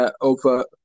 over